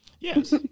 Yes